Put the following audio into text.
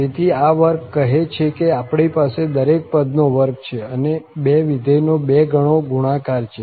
તેથી આ વર્ગ કહે છે કે આપણી પાસે દરેક પદનો વર્ગ છે અને બે વિધેયનો 2 ગણો ગુણાકાર છે